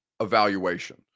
evaluation